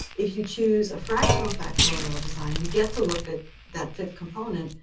if you choose a fractional factorial design, you get to look at that fifth component,